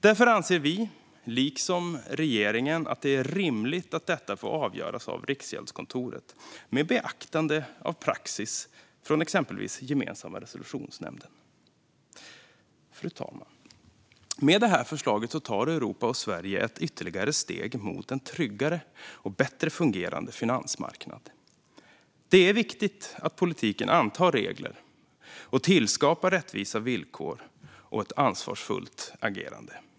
Därför anser vi, liksom regeringen, att det är rimligt att detta får avgöras av Riksgäldskontoret med beaktande av praxis från exempelvis Gemensamma resolutionsnämnden. Fru talman! Med det här förslaget tar Europa och Sverige ett ytterligare steg mot en tryggare och bättre fungerande finansmarknad. Det är viktigt att politiken antar regler som tillskapar rättvisa villkor och ett ansvarsfullt agerande.